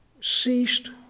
ceased